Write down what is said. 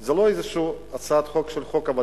זה לא איזו הצעת חוק וד"לים,